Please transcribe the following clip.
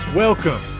Welcome